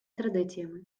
традиціями